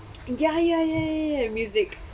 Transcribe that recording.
ya ya ya ya music